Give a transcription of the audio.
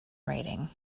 rating